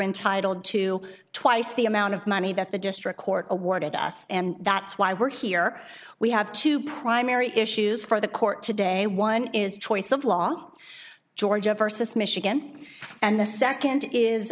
entitled to twice the amount of money that the district court awarded us and that's why we're here we have two primary issues for the court today one is choice of law georgia versus michigan and the second is